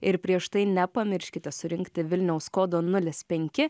ir prieš tai nepamirškite surinkti vilniaus kodo nulis penki